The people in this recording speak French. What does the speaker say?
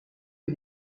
que